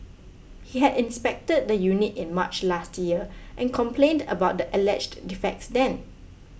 he had inspected the unit in March last year and complained about the alleged defects then